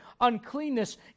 uncleanness